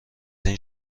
این